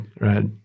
right